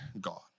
God